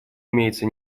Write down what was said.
имеется